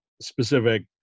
specific